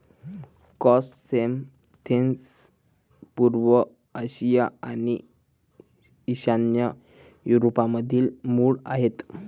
chrysanthemums पूर्व आशिया आणि ईशान्य युरोपमधील मूळ आहेत